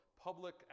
public